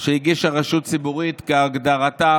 שהגישה רשות ציבורית, כהגדרתה